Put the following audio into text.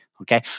Okay